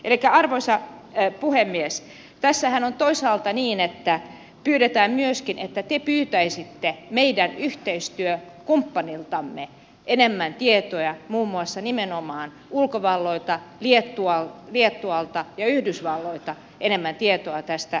elikkä arvoisa puhemies tässähän on toisaalta niin että te pyytäisitte meidän yhteistyökumppaneiltamme muun muassa nimenomaan ulkovalloilta liettualta ja yhdysvalloilta enemmän tietoa tästä asiasta